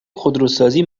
خودروسازی